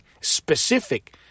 specific